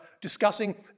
discussing